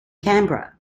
canberra